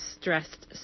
stressed